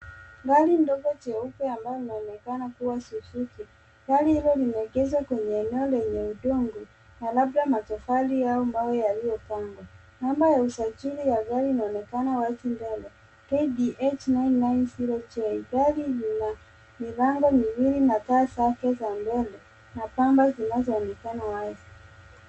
Gari ndogo jeupe ambalo linaonekana kuwa suuzuki. Gali Hilo limeegezwa kwenye eneo lenye udongo na labda matofari yao mbao yaliyopangwa. Namba ya usajili ya gari linaonekana wazi mbele KDH 990J.Gari Hilo Lina milango miwili na taa zake za mbele na pamba zinazoonekana wazi.